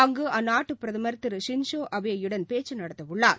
அங்குஅந்நாட்டுபிரதம் Thiru Shinzo Abe யுடன் பேச்சுநடத்தவுள்ளார்